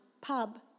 pub